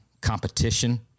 competition